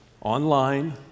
online